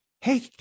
hey